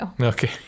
Okay